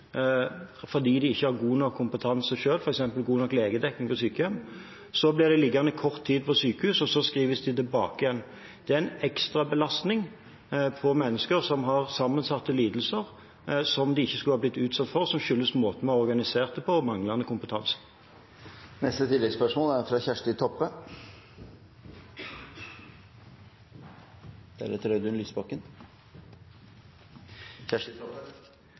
fordi de ikke selv har god nok kompetanse – f.eks. god nok legedekning på sykehjem – og dermed blir de eldre liggende kort tid på sykehus, og så skrives de tilbake igjen. Det er en ekstrabelastning som mennesker som har sammensatte lidelser, ikke skulle ha blitt utsatt for, som skyldes måten vi har organisert dette på, og manglende kompetanse.